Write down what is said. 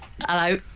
Hello